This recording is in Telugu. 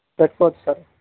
పెట్టుకోవచ్చు సార్